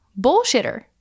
bullshitter